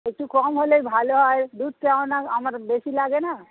একটু কম হলেই ভালো হয় দুধটা আমার আমার বেশি লাগে না